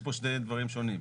יש פה שני דברים שונים.